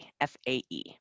F-A-E